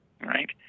right